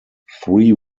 three